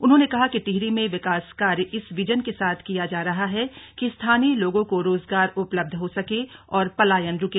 उन्होंने कहा कि टिहरी में विकास कार्य इस विजन के साथ किया जा रहा है कि स्थानीय लोगों को रोजगार उपलब्ध हो सके और पलायन रुके